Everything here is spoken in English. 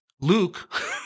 Luke